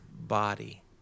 body